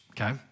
okay